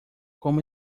como